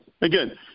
again